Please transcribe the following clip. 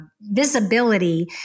visibility